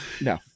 No